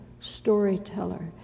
storyteller